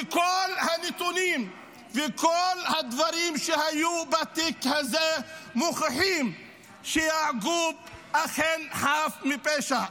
כי כל הנתונים וכל הדברים שהיו בתיק הזה מוכיחים שיעקוב אכן חף מפשע.